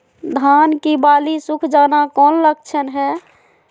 धान की बाली सुख जाना कौन लक्षण हैं?